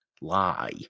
lie